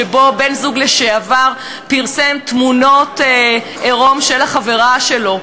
שבן-זוג לשעבר פרסם תמונות עירום של החברה שלו.